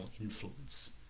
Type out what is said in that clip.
influence